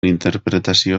interpretazio